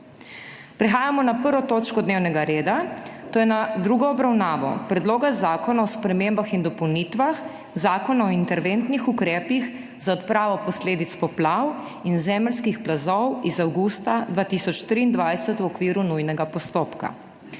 prekinjeno 1. točko dnevnega reda, to je z drugo obravnavo Predloga zakona o spremembah in dopolnitvah Zakona o interventnih ukrepih za odpravo posledic poplav in zemeljskih plazov iz avgusta 2023 v okviru nujnega postopka.